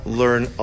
learn